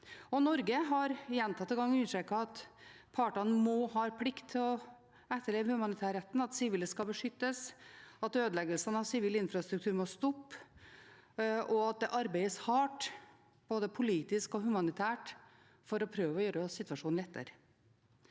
Norge har gjentatte ganger understreket at partene må ha plikt til å etterleve humanitærretten, at sivile skal beskyttes, at ødeleggelsene av sivil infrastruktur må stoppe, og at det arbeides hardt, både politisk og humanitært, for å prøve å gjøre situasjonen lettere.